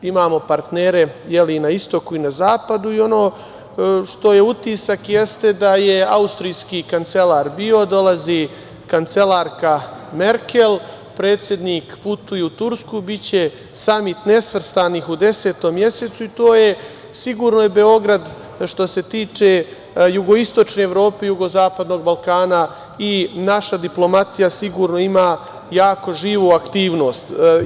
Imamo partnere i na istoku i na zapadu i ono što je utisak, jeste da je austrijski kancelar bio, dolazi kancelarka Merkel, predsednik putuje u Tursku, biće samit nesvrstanih u desetom mesecu i sigurno je Beograd što se tiče jugoistočne Evrope i jugozapadnog Balkana i naša diplomatija sigurno ima jako živu aktivnosti.